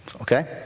Okay